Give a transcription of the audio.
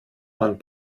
man